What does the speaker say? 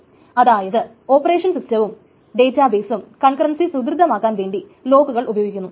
OS അതായത് operation സിസ്റ്റവും ഡേറ്റാ ബെയ്സും കൺകറൻസി സുദൃഡമാക്കുവാൻ വേണ്ടി ലോക്കുകൾ ഉപയോഗിക്കുന്നു